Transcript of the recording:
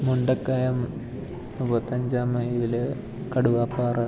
മുണ്ടക്കയം അമ്പത്തഞ്ചാം മൈല് കടുവാപ്പാറ